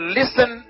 listen